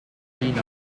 gene